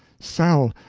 sell!